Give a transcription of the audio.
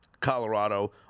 Colorado